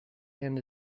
and